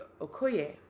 okoye